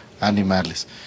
animales